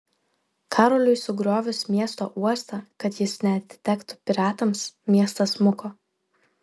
karoliui sugriovus miesto uostą kad jis neatitektų piratams miestas smuko